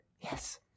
Yes